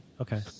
okay